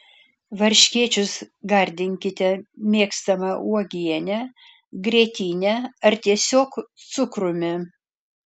varškėčius gardinkite mėgstama uogiene grietine ar tiesiog cukrumi